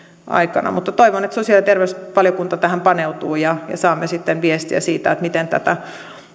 aikana toivon että sosiaali ja terveysvaliokunta tähän paneutuu ja saamme sitten viestiä siitä miten tätä